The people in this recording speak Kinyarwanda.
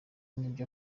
n’ibyo